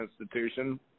institution